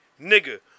Nigga